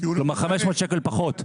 כלומר 500 שקל פחות.